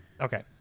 Okay